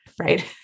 Right